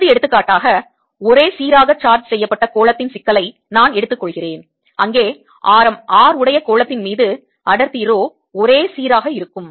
இறுதி எடுத்துக்காட்டாக ஒரே சீராக சார்ஜ் செய்யப்பட்ட கோளத்தின் சிக்கலை நான் எடுத்துக்கொள்கிறேன் அங்கே ஆரம் R உடைய கோளத்தின் மீது அடர்த்தி ரோ ஒரே சீராக மாதிரியாக இருக்கும்